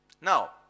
Now